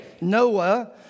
Noah